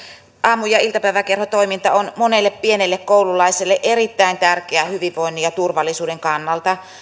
aamu ja iltapäiväkerhotoiminta on monelle pienelle koululaiselle erittäin tärkeää hyvinvoinnin ja turvallisuuden kannalta